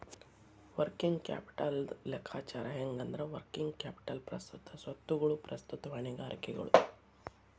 working ಕ್ಯಾಪಿಟಲ್ದ್ ಲೆಕ್ಕಾಚಾರ ಹೆಂಗಂದ್ರ, ವರ್ಕಿಂಗ್ ಕ್ಯಾಪಿಟಲ್ ಪ್ರಸ್ತುತ ಸ್ವತ್ತುಗಳು ಪ್ರಸ್ತುತ ಹೊಣೆಗಾರಿಕೆಗಳು